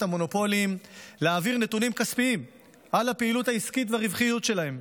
המונופולים להעביר נתונים כספיים על הפעילות העסקית ועל הרווחיות שלהם.